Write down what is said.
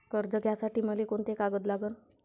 कर्ज घ्यासाठी मले कोंते कागद लागन?